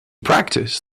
practice